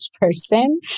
person